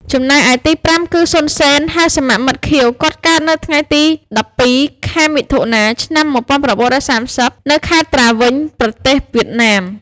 ចំណែកឯទីប្រាំគឺ សុន សេន (ហៅសមមិត្ត ខៀវ) គាត់កើតនៅថ្ងៃទី១២ ខែមិថុនា ឆ្នាំ១៩៣០ នៅខេត្តត្រាវិញ ប្រទេសវៀតណាម។